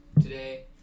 Today